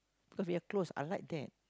because we are close I like that